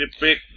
big